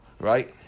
right